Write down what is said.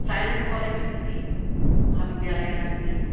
science college इति महाविद्यालयः अस्ति